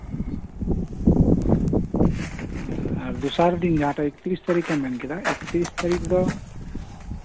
ᱮᱸ ᱫᱚᱥᱟᱨ ᱫᱤᱱ ᱡᱟᱸᱦᱟᱴᱟᱜ ᱯᱮᱜᱮᱞ ᱢᱤᱫ ᱢᱟᱹᱦᱤᱛ ᱮᱢᱮᱢ ᱢᱮᱱ ᱠᱮᱫᱟ ᱯᱮᱜᱮᱞ ᱢᱤᱫ ᱢᱟᱹᱦᱤᱛ ᱫᱚ